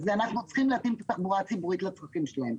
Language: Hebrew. אנחנו צריכים להתאים את התחבורה הציבורית לצרכים שלהם.